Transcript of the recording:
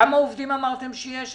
כמה עובדים אמרתם שיש?